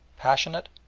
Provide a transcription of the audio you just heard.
passionate,